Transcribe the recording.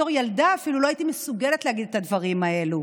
בתור ילדה אפילו לא הייתי מסוגלת להגיד את הדברים האלו.